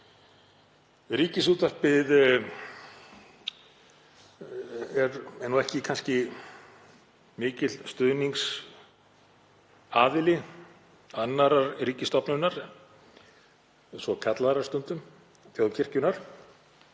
Ríkisútvarpið er ekki kannski mikill stuðningsaðili annarrar ríkisstofnunar, svokallaðrar stundum, þjóðkirkjunnar,